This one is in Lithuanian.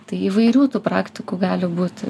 tai įvairių praktikų gali būti